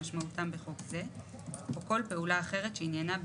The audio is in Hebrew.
וככה ואנשים סומכים על זה ואוכלים שם וחושבים שהם אוכלים אוכל כשר.